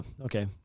Okay